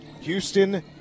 Houston